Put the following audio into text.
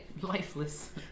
lifeless